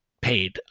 paid